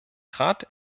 trat